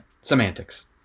Semantics